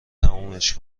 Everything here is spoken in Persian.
تمومش